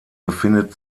befindet